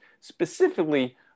specifically